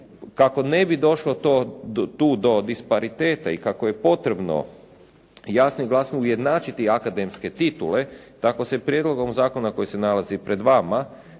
Kako ne bi došlo tu do dispariteta i kako je potrebno jasno i glasno ujednačiti akademske titule, tako se prijedlogom zakona koji se nalazi pred vama